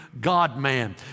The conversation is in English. God-man